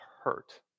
hurt